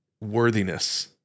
worthiness